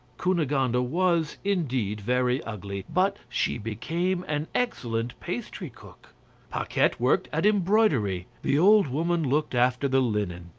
cunegonde was, indeed, very ugly, but she became an excellent pastry cook paquette worked at embroidery the old woman looked after the linen.